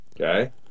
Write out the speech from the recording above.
Okay